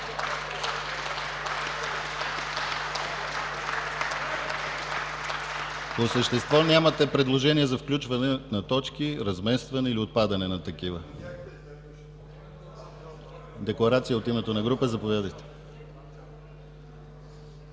По същество нямате предложение за включване на точки, разместване или отпадане на такива. Декларация от името на група. Заповядайте.